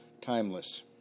timeless